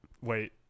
Wait